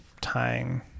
tying